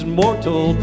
mortal